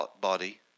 body